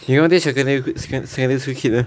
you go teach secondary secondary school kids meh